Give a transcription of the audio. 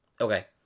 okay